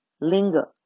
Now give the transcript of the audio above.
linger